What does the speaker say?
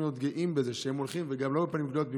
להיות גאים בזה שהם הולכים בפנים גלויות,